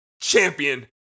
champion